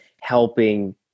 helping